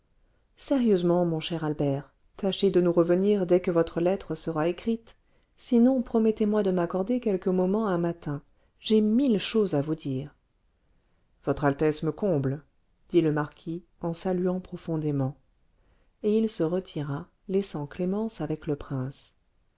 sérieusement mon cher albert tâchez de nous revenir dès que votre lettre sera écrite sinon promettez-moi de m'accorder quelques moments un matin j'ai mille choses à vous dire votre altesse me comble dit le marquis en saluant profondément et il se retira laissant clémence avec le prince